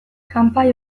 kanpai